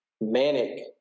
Manic